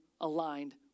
aligned